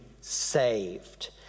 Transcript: saved